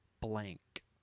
blank